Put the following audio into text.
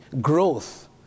growth